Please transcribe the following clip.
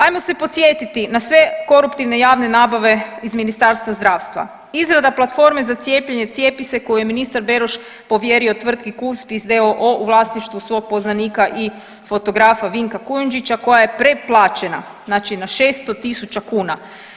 Ajmo se podsjetiti na sve koruptivne javne nabave iz ministarstva zdravstva, izrada platforme za cijepljenje „CijepiSe“ koju je ministar Beroš povjerio tvrtki Cuspis d.o.o. u vlasništvu svog poznanika i fotografa Vinka Kojundžića koja je preplaćena, znači na 600 tisuća kuna.